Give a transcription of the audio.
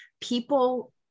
people